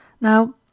Now